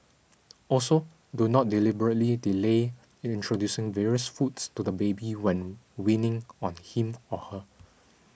also do not deliberately delay introducing various foods to the baby when weaning on him or her